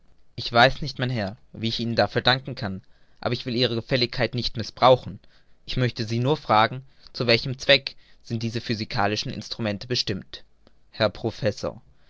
ich weiß nicht mein herr wie ich ihnen dafür danken kann aber ich will ihre gefälligkeit nicht mißbrauchen ich möchte sie nur fragen zu welchem gebrauch sind diese physikalischen instrumente bestimmt herr professor